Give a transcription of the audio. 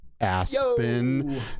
Aspen